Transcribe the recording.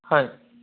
হয়